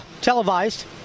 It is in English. televised